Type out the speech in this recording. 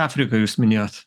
afriką jūs minėjot